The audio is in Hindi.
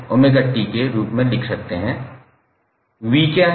𝑽 क्या है